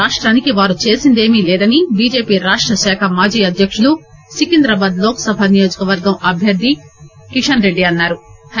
రాష్టానికి వారు చేసిందేమీ లేదని బిజెపి రాష్ట శాఖ మాజీ అధ్యకులు సికింద్రాబాద్ లోక్ సభ నియోజకవర్గం అభ్యర్థి కిషన్ రెడ్డి అన్నా రు